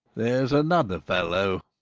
there's another fellow,